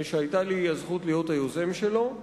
שהיתה לי הזכות להיות היוזם שלו,